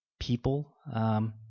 people